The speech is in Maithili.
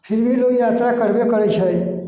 फिर भी लोक यात्रा करबे करै छै